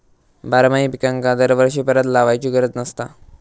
बारमाही पिकांका दरवर्षी परत लावायची गरज नसता